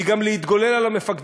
היא גם להתגולל על המפקדים.